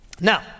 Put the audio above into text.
Now